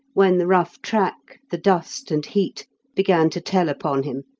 when the rough track, the dust, and heat began to tell upon him,